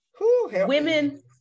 women